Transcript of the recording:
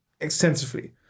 extensively